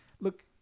look